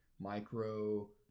micro